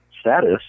status